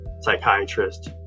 psychiatrist